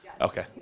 Okay